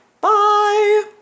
Bye